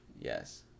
Yes